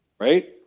Right